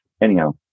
Anyhow